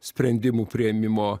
sprendimų priėmimo